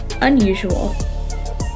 unusual